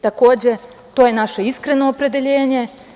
Takođe, to je naše iskreno opredeljenje.